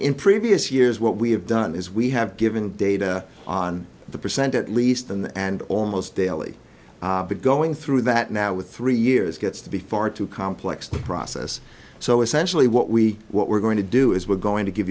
in previous years what we have done is we have given data on the percent at least in and almost daily but going through that now with three years gets to be far too complex to process so essentially what we what we're going to do is we're going to give